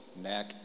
neck